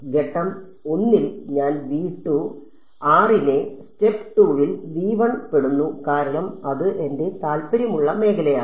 ഘട്ടം 1 ൽ ഞാൻ r നെ സ്റ്റെപ്പ് 2 ൽ പെടുന്നു കാരണം അത് എന്റെ താൽപ്പര്യമുള്ള മേഖലയാണ്